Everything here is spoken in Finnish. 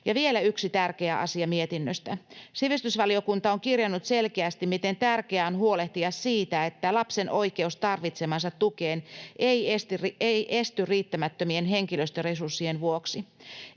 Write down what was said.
Vielä yksi tärkeä asia mietinnöstä: Sivistysvaliokunta on kirjannut selkeästi, miten tärkeää on huolehtia siitä, että lapsen oikeus tarvitsemaansa tukeen ei esty riittämättömien henkilöstöresurssien vuoksi.